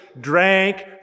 drank